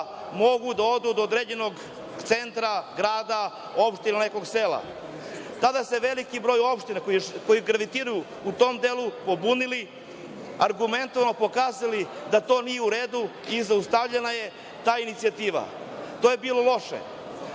mogu da odu do određenog centra, grada, opštine ili nekog sela. Tada se veliki broj opština koji gravitiraju u tom delu pobunili argumentovano pokazali da to nije u redu i zaustavljena je ta inicijativa. To je bilo loše,